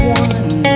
one